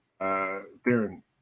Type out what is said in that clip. Darren